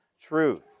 truth